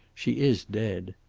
she is dead.